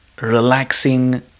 relaxing